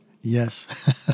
Yes